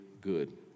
good